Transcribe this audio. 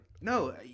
No